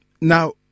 Now